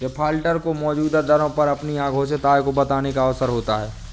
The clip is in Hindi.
डिफाल्टर को मौजूदा दरों पर अपनी अघोषित आय को बताने का अवसर होता है